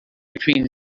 between